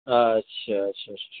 अच्छा अच्छा अच्छा अच्छा